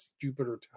Jupiter